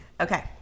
Okay